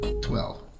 Twelve